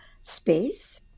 space